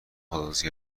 خداحافظی